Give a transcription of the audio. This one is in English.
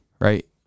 right